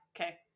okay